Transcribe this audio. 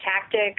tactic